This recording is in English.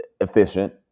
efficient